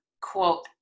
quote